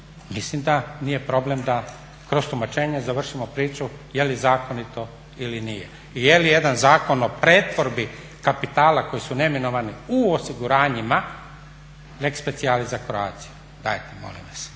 mislim da nije problem da kroz tumačenje završimo priču je li zakonito ili nije i je li jedan Zakon o pretvorbi kapitala koji su neminovani u osiguranjima lex speciallis za Croatiu. Dajte molim